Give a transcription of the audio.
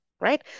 right